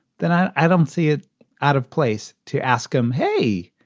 then i don't see it out of place to ask him, hey,